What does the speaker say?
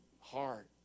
heart